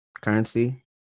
Currency